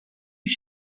you